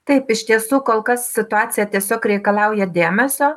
taip iš tiesų kol kas situacija tiesiog reikalauja dėmesio